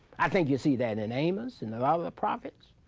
i think you'll see that in amos and a lot of the prophets.